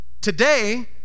today